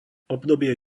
obdobie